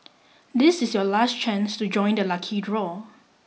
this is your last chance to join the lucky draw